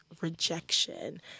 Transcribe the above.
rejection